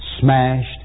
smashed